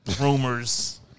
rumors